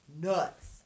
nuts